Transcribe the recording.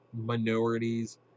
minorities